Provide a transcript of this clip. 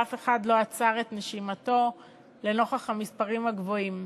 ואף אחד לא עצר את נשימתו לנוכח המספרים הגבוהים.